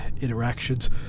interactions